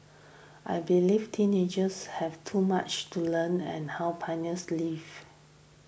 I believe teenagers have too much to learn and how pioneers lived